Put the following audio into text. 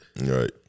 Right